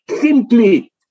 simply